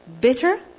bitter